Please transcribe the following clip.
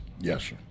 yes